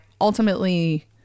ultimately